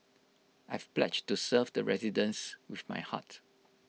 I've pledged to serve the residents with my heart